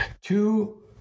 Two